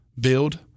build